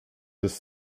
des